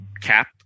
cap